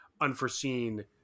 unforeseen